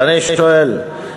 ואני שואל,